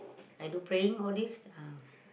I do praying all these ah